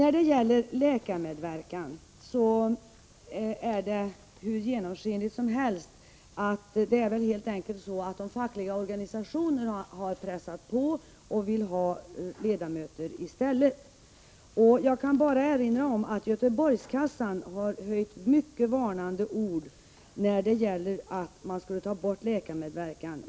I fråga om läkarmedverkan är det hur genomskinligt som helst. Det är väl helt enkelt så att de fackliga organisationerna har pressat på och vill ha ledamöter i stället. Jag kan bara erinra om att Göteborgskassan har höjt mycket varnande ord när det gäller att man skulle ta bort läkarnas medverkan.